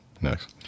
Next